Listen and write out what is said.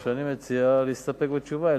אני מציע להסתפק בתשובה,